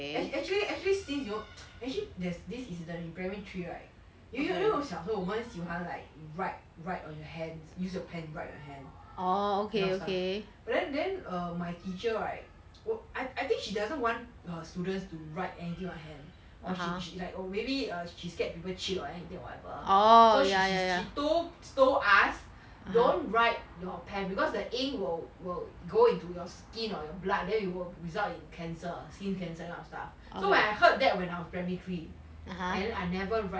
actually actually since you know actually there's this incident in primary three right you know you know 小时候我们喜欢 like write write on the hand use your pen write your hand all that stuff but then then err my teacher right oh I I think she doesn't want her students to write anything on hand or she she is like oh maybe err she scared people cheat or anything or whatever so she she she told told us don't write your pens because the ink will will go into your skin or your blood then it will result in cancer skin cancer kind of stuff so when I heard that when I was primary three and I never write